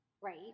right